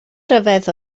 ryfedd